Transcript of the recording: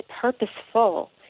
purposeful